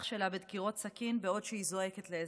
נרצחה על ידי אח שלה בדקירות סכין בעוד היא זועקת לעזרה.